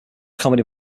comedy